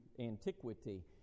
antiquity